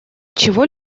чего